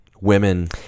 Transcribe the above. women